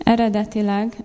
Eredetileg